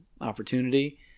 opportunity